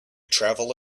travel